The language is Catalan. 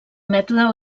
mètode